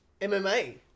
MMA